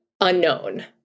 unknown